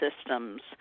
systems